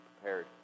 prepared